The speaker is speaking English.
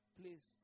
please